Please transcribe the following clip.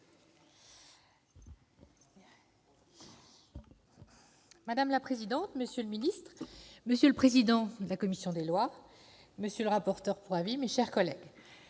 Madame la présidente, monsieur le président de la commission des lois, monsieur le rapporteur pour avis, mes chers collègues,